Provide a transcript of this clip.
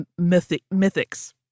mythics